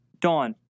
Dawn